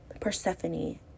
persephone